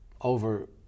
over